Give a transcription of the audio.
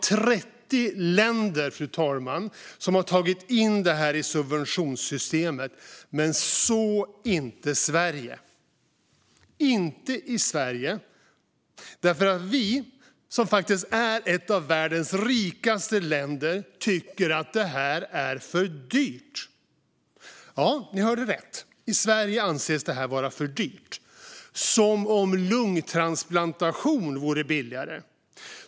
30 länder har i dag tagit in det här i subventionssystemet - men så inte Sverige. Det görs inte i Sverige därför att vi, som faktiskt är ett av världens rikaste länder, tycker att det här är för dyrt. Ja, ni hörde rätt: I Sverige anses det här vara för dyrt. Som om lungtransplantation vore billigare.